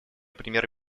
премьер